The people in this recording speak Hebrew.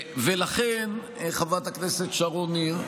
לכן, חברת הכנסת שרון ניר,